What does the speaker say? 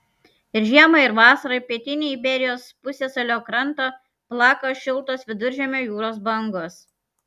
ir žiemą ir vasarą pietinį iberijos pusiasalio krantą plaka šiltos viduržemio jūros bangos